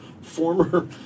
former